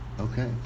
Okay